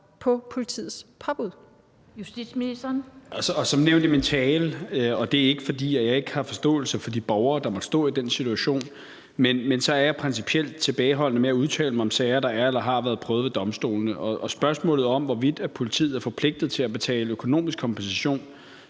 (Peter Hummelgaard): Som nævnt i min tale, og det er ikke, fordi jeg ikke har forståelse for de borgere, der måtte stå i den situation, er jeg principielt tilbageholdende med at udtale mig om sager, der er eller har været prøvet ved domstolene. Spørgsmålet om, hvorvidt politiet er forpligtet til at betale økonomisk kompensation